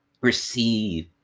receive